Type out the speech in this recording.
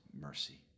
mercy